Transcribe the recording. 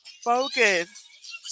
focus